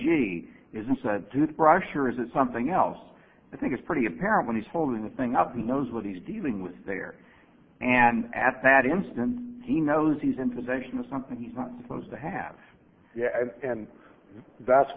gee isn't said tooth brush or is it something else i think it's pretty apparent when he's holding the thing up he knows what he's dealing with there and at that instant he knows he's in possession of something he's not supposed to have and that's